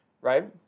right